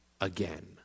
again